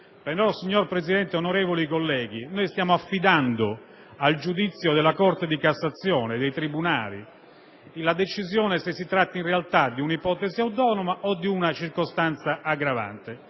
signor Presidente, onorevoli colleghi, stiamo così affidando al giudizio della Corte di cassazione, dei tribunali, la decisione se si tratta in realtà di un'ipotesi autonoma o di una circostanza aggravante